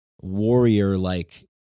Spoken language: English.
warrior-like